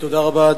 תודה רבה,